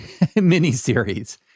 miniseries